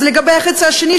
אז לגבי החצי השני,